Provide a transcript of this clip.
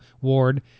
ward